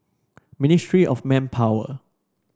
Ministry of Manpower